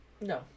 no